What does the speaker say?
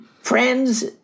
Friends